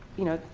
you know,